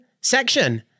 section